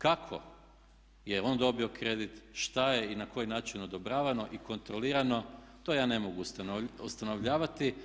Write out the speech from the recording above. Kako je on dobio kredit, šta je i na koji način odobravano i kontrolirano to ja ne mogu ustanovljavati.